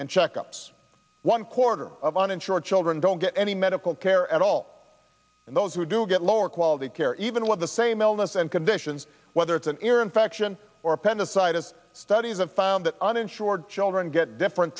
and checkups one quarter of uninsured children don't get any medical care at all and those who do get lower quality care even with the same illness and conditions whether it's an ear infection or appendicitis studies have found that uninsured children get different